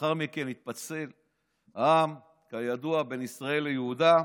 לאחר מכן התפצל העם, כידוע, בין ישראל ליהודה.